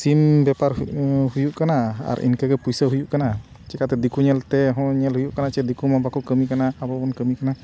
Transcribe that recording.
ᱥᱤᱢ ᱵᱮᱯᱟᱨ ᱦᱩᱭᱩᱜ ᱠᱟᱱᱟ ᱟᱨ ᱤᱱᱠᱟᱹᱜᱮ ᱯᱚᱭᱥᱟ ᱦᱩᱭᱩᱜ ᱠᱟᱱᱟ ᱪᱤᱠᱟᱹᱛᱮ ᱫᱤᱠᱩ ᱧᱮᱞ ᱛᱮᱦᱚᱸ ᱧᱮᱞ ᱦᱩᱭᱩᱜ ᱠᱟᱱᱟ ᱡᱮ ᱫᱤᱠᱩ ᱢᱟ ᱵᱟᱠᱚ ᱠᱟᱹᱢᱤ ᱠᱟᱱᱟ ᱟᱵᱚ ᱵᱚᱱ ᱠᱟᱹᱢᱤ ᱠᱟᱱᱟ